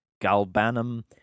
galbanum